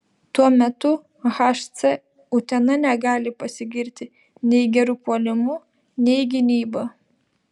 tuo metu hc utena negali pasigirti nei geru puolimu nei gynyba